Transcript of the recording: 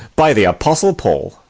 by the apostle paul,